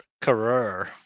Career